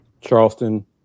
Charleston